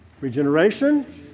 Regeneration